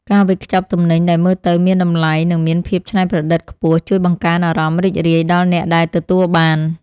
ការវេចខ្ចប់ទំនិញដែលមើលទៅមានតម្លៃនិងមានភាពច្នៃប្រឌិតខ្ពស់ ជួយបង្កើនអារម្មណ៍រីករាយដល់អ្នកដែលទទួលបាន។